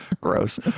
gross